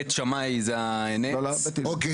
אוקיי,